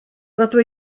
rydw